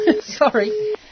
Sorry